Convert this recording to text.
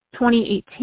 2018